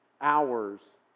hours